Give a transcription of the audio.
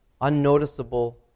unnoticeable